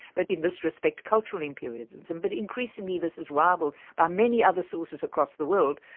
but in this respect cultural imperialism, but increasingly this is rivalled by many other sources across the world,